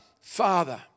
Father